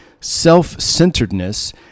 self-centeredness